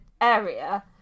area